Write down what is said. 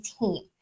team